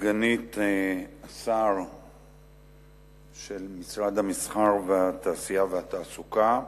סגנית שר התעשייה, המסחר והתעסוקה להשיב.